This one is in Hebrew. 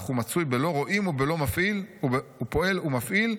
אך הוא מצוי בלא רואים ופועל ומפעיל,